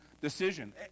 decision